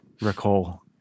recall